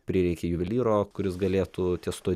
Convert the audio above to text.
prireikia juvelyro kuris galėtų ties tuo